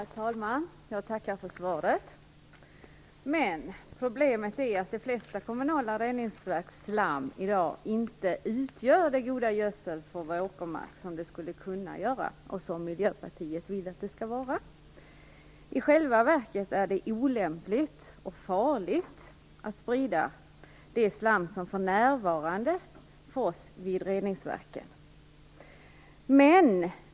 Herr talman! Jag tackar för svaret. Men problemet är att slammet från de flesta kommunala reningsverk i dag inte utgör den goda gödsel för åkermarker som det skulle kunna göra och som Miljöpartiet vill att det skall vara. I själva verket är det olämpligt och farligt att sprida det slam som för närvarande fås vid reningsverken.